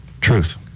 Truth